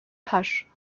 pasch